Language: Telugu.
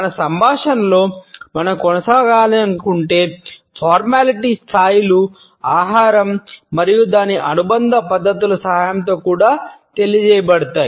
మన సంభాషణలో మనం కొనసాగించాలనుకునే ఫార్మాలిటీ స్థాయిలు ఆహారం మరియు దాని అనుబంధ పద్ధతుల సహాయంతో కూడా తెలియజేయబడతాయి